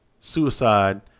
suicide